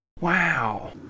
Wow